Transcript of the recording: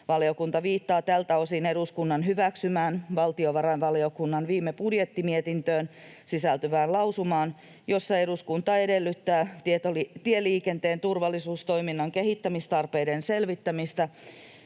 Valiokunta viittaa tältä osin eduskunnan hyväksymään, valtiovarainvaliokunnan viime budjettimietintöön sisältyvään lausumaan, jossa eduskunta edellyttää tieliikenteen turvallisuustoiminnan kehittämistarpeiden selvittämistä